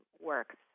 works